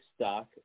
stock